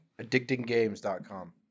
Addictinggames.com